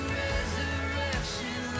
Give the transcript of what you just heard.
resurrection